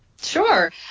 Sure